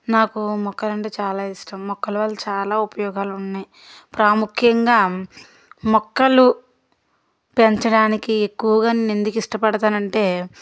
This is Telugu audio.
నాకు మొక్కలు అంటే చాలా ఇష్టం మొక్కల వల్ల చాలా ఉపయోగాలు ఉన్నాయి ప్రాముఖ్యంగా మొక్కలు పెంచడానికి ఎక్కువగా నేను ఎందుకు ఇష్టపడతాను అంటే